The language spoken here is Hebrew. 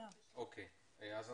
בסדר, אנחנו